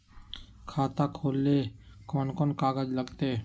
खाता खोले ले कौन कौन कागज लगतै?